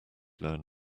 learn